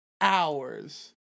hours